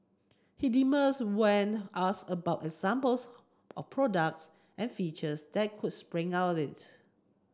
he demurs when asked about examples of products and features that could spring out this